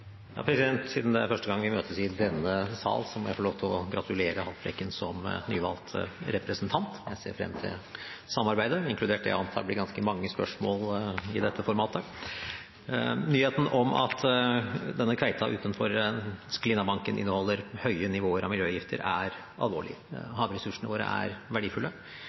Siden det er første gang vi møtes i denne sal, må jeg få lov til å gratulere Lars Haltbrekken som nyvalgt representant. Jeg ser frem til samarbeidet, inkludert det jeg antar blir ganske mange spørsmål i dette formatet. Nyheten om at kveita utenfor Sklinnabanken inneholder høye nivåer av miljøgifter, er alvorlig. Havressursene våre er verdifulle,